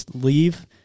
leave